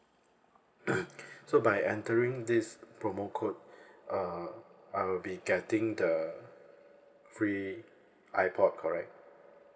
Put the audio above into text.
so by entering this promo code uh I will be getting the free ipod correct